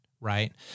Right